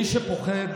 מי שפוחד